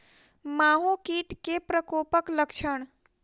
माहो कीट केँ प्रकोपक लक्षण?